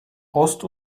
ost